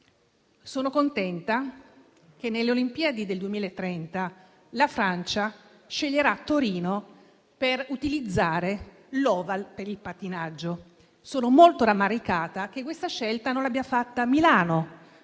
Sono contenta che, per le Olimpiadi del 2030, la Francia sceglierà Torino, utilizzando l'Oval per il pattinaggio. Sono molto rammaricata che questa scelta non l'abbia fatta Milano,